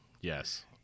Yes